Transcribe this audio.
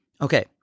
Okay